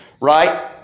right